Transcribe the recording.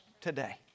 today